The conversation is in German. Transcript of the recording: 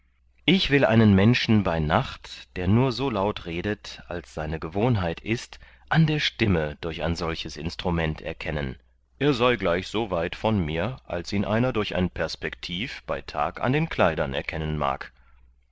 ich will einen menschen bei nacht der nur so laut redet als seine gewohnheit ist an der stimme durch ein solches instrument erkennen er sei gleich so weit von mir als ihn einer durch ein perspektiv bei tag an den kleidern erkennen mag